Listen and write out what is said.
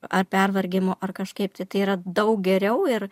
ar pervargimu ar kažkaip tai tai yra daug geriau ir